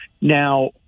Now